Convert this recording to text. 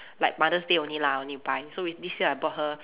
like mother's day only lah only buy so rec~ this year I bought her